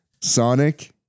Sonic